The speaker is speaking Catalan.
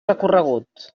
recorregut